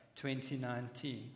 2019